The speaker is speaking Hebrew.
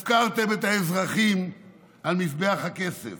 הפקרתם את האזרחים על מזבח הכסף.